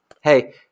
hey